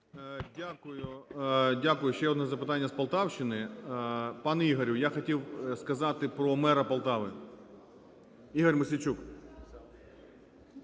Дякую. Ще одне запитання з Полтавщини. Пане Ігорю, я хотів сказати про мера Полтави. Ігор Мосійчук…